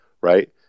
Right